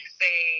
say